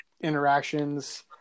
interactions